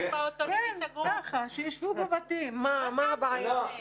כן, שישבו בבתים, מה הבעיה.